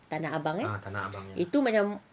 tanah abang eh itu macam